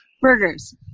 Burgers